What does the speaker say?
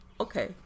okay